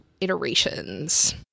iterations